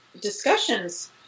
discussions